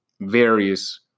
various